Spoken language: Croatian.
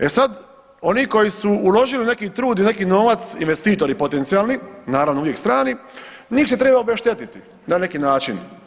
E sad, oni koji su uložili neki trud i neki novac, investitori potencijalni, naravno, uvijek strani, njih se treba obeštetiti na neki način.